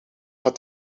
had